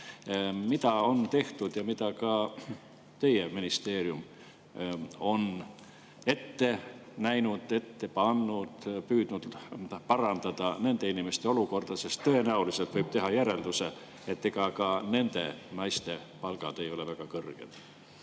Mida on tehtud ja mida ka teie ministeerium on ette näinud ja ette pannud, et püüda parandada nende inimeste olukorda, sest tõenäoliselt võib teha järelduse, et ega ka nende naiste palgad ei ole väga kõrged?